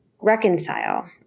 reconcile